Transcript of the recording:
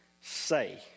say